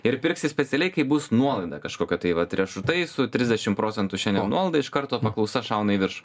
ir pirksi specialiai kai bus nuolaida kažkokia tai vat riešutai su trisdešim procentų šiandien nuolaida iš karto paklausa šauna į viršų